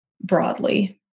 broadly